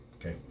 Okay